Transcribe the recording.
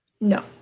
No